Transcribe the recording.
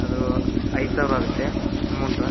ಅದೂ ಐದು ಸಾವಿರ ಆಗುತ್ತೆ ಅಮೌಂಟ್